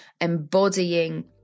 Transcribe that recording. embodying